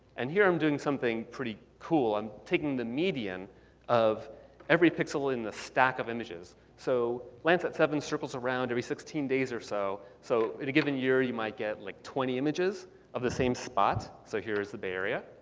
and here i'm doing something pretty cool, i'm taking the median of every pixel in the stack of images. so landsat seven circles around every sixteen days or so. so in a given year, you might get like twenty images of the same spot. so here's the bay area.